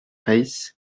reiss